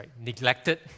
neglected